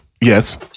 yes